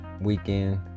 weekend